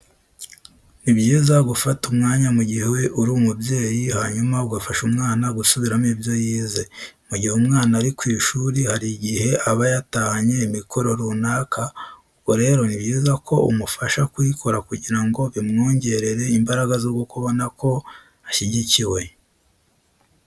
Ni byiza gufata umwanya mu gihe uri umubyeyi hanyuma ugafasha umwana gusubiramo ibyo yize. Mu gihe umwana ari ku ishuri hari igihe aba yatahanye imikoro runaka, ubwo rero ni byiza ko umufasha kuyikora kugira ngo bimwongerere imbaraga zo kubona ko ashyigikiwe.